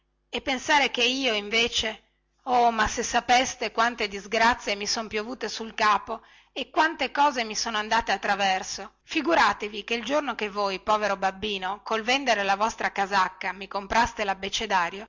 e pensare che io invece oh ma se sapeste quante disgrazie mi son piovute sul capo e quante cose mi son andate per traverso figuratevi che il giorno che voi povero babbino col vendere la vostra casacca mi compraste